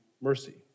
mercy